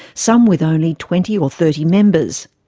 some with only twenty or thirty members.